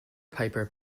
piper